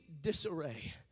disarray